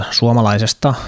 suomalaisesta